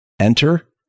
Enter